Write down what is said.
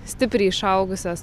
stipriai išaugusios